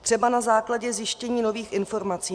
Třeba na základě zjištění nových informací.